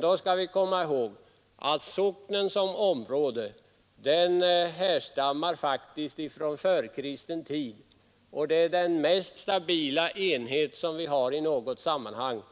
Då skall vi komma ihåg att socknen som område faktiskt härstammar från förkristen tid och är den mest stabila enhet vi har i något sammanhang,